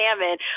salmon